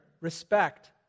respect